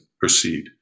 proceed